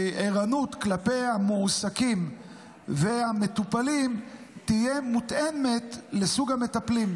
והערנות כלפי המועסקים והמטופלים תהיה מותאמת לסוג המטפלים.